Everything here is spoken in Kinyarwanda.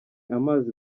amazi